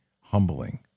humbling